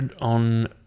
on